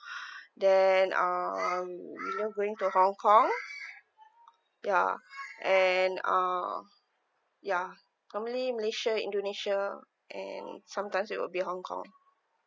then um you know going to hong kong ya and uh ya normally malaysia indonesia and sometimes it will be hong kong